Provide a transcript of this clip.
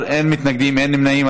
בעד, 12, אין מתנגדים ואין נמנעים.